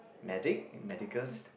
medic medicals